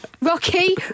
Rocky